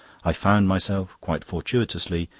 i found myself, quite fortuitously,